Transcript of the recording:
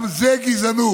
גם זה גזענות.